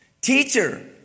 Teacher